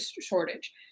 shortage